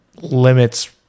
limits